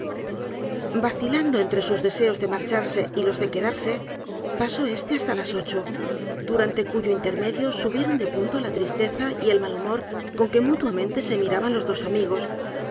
vacilando entre sus deseos de marcharse y los de quedarse pasó este hasta las ocho durante cuyo intermedio subieron de punto la tristeza y el mal humor con que múiuamente se mirábanlos dos amigos